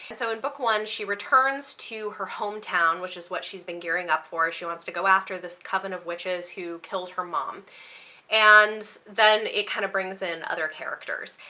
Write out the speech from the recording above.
so in book one she returns to her hometown which is what she's been gearing up for she wants to go after this coven of witches who killed her mom and then it kind of brings in other characters.